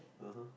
(uh huh)